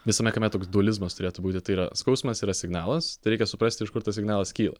visame kame toks dualizmas turėtų būti tai yra skausmas yra signalas reikia suprasti iš kur tas signalas kyla